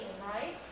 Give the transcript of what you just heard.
right